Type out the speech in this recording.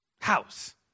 House